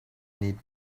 need